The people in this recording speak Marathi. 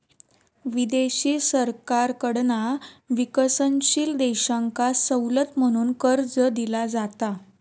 विदेशी सरकारकडना विकसनशील देशांका सवलत म्हणून कर्ज दिला जाता